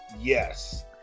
Yes